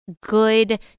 good